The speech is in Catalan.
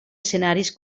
escenaris